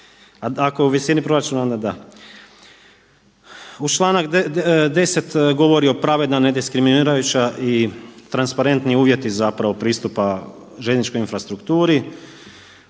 Ako je u visini proračuna onda da. Članak 10. govori o, pravedna, nediskriminirajuća i transparentni uvjeti zapravo pristupa željezničkoj infrastrukturi.